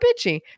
bitchy